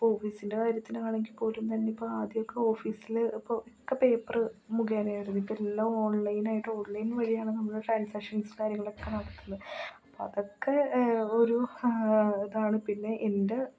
ഇപ്പോൾ ഓഫീസിൻ്റെ കാര്യത്തിലാണെങ്കിൽപ്പോലും തന്നെ ഇപ്പം ആദ്യമൊക്കെ ഓഫീസിൽ ഇപ്പോൾ ഒക്കെ പേപ്പറ് മുഖേനയായിരുന്നു ഇപ്പം എല്ലാം ഓൺലൈൻ ആയിട്ട് ഓൺലൈൻ വഴിയാണ് നമ്മൾ ട്രാൻസാഷൻസ് കാര്യങ്ങളൊക്കെ നടക്കുന്നത് അതൊക്കെ ഒരു ഇതാണ് പിന്നെ എൻ്റെ